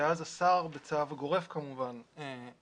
ואז השר, בצו גורף, רוחבי,